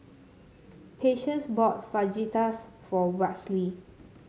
Patience bought Fajitas for Westley